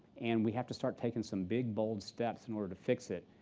and we have to start taking some big, bold steps in order to fix it.